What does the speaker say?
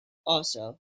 also